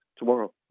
tomorrow